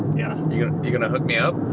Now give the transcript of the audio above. yeah you you gonna hook me up?